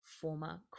former